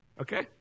Okay